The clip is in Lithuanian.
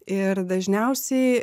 ir dažniausiai